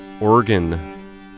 organ